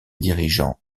dirigeants